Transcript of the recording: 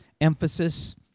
emphasis